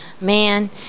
Man